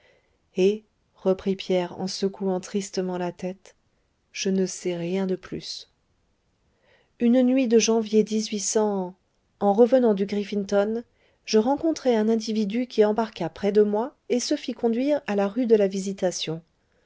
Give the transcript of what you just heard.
et reprit pierre en secouant tristement la tête je ne sais rien de plus une nuit de janvier en revenant du griffinton je rencontrai un individu qui embarqua près de moi et se fit conduire à la rue de la visitation